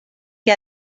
que